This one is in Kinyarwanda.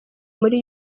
muri